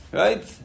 right